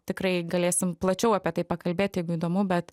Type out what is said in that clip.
tikrai galėsim plačiau apie tai pakalbėt jeigu įdomu bet